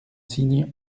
signe